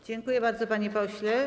Dziękuję bardzo, panie pośle.